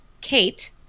Kate